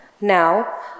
now